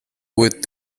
with